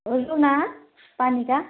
Luna पानीका